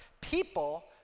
People